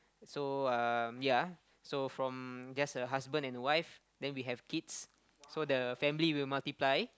so um ya so from just a husband and wife then we have kids so the family will multiply